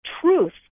truth